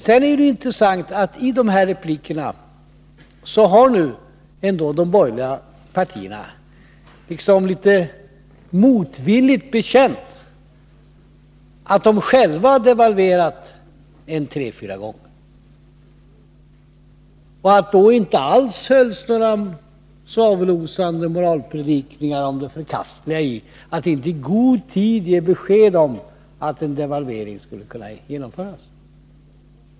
Det är intressant att de borgerliga partierna i dessa repliker nu ändå, litet motvilligt, har bekänt att de själva devalverat tre fyra gånger och att det då inte alls hölls några svavelosande moralpredikningar om det förkastliga i att inte i god tid ge besked om att en devalvering skulle kunna genomföras.